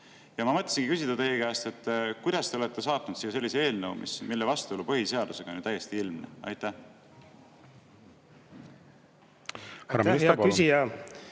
Ma mõtlesin küsida teie käest: kuidas te olete saatnud siia sellise eelnõu, mille vastuolu põhiseadusega on ju täiesti ilmne? Suur